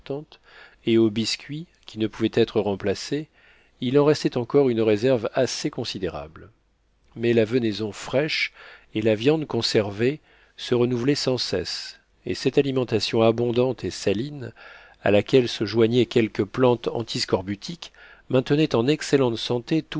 et au biscuit qui ne pouvait être remplacé il en restait encore une réserve assez considérable mais la venaison fraîche et la viande conservée se renouvelaient sans cesse et cette alimentation abondante et saine à laquelle se joignaient quelques plantes antiscorbutiques maintenait en excellente santé tous